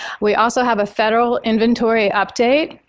we also have a federal inventory update.